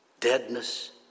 deadness